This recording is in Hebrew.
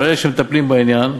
אבל אלה שמטפלים בעניין,